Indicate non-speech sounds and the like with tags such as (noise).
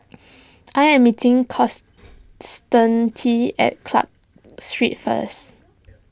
(noise) I am meeting (unintelligible) at Clarke Street first